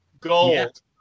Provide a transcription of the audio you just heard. gold